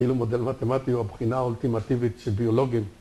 ‫כאילו מודל מתמטי ‫הוא הבחינה האולטימטיבית של ביולוגים.